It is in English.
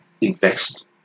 invest